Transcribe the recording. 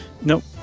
Nope